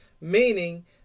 meaning